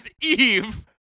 Eve